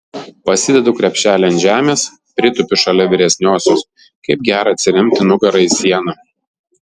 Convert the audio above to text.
pasidedu krepšelį ant žemės pritūpiu šalia vyresniosios kaip gera atsiremti nugara į sieną